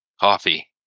Coffee